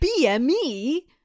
BME